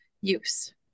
use